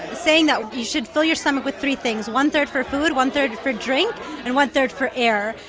saying that you should fill your stomach with three things one-third for food, one-third for drink and one-third for air.